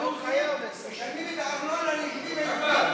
הדרוזיים משלמים את הארנונה ליישובים היהודיים,